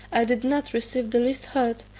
i did not receive the least hurt,